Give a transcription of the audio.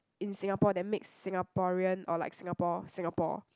in Singapore that makes Singaporean or like Singapore Singapore